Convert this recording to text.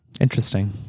interesting